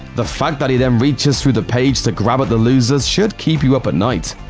the fact that he then reaches through the page to grab at the losers should keep you up at night.